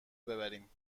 ببریم